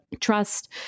trust